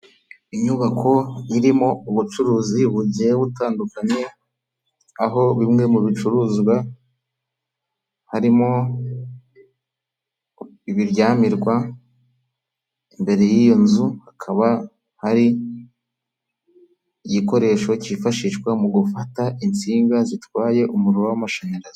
Inyubako irimo ubucuruzi bugiye butandukanye, aho bimwe mu bicuruzwa harimo ibiryamirwa, imbere y'iyo nzu hakaba hari igikoresho cyifashishwa mu gufata insinga zitwaye umuriro w'amashanyarazi.